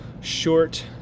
short